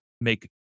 make